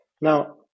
Now